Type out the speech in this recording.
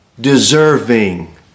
deserving